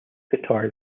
guitar